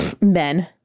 men